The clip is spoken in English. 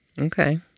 Okay